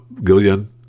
Gillian